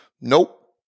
Nope